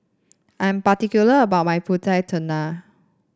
I am particular about my pulut tatal